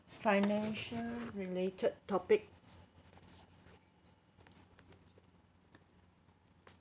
financial related topic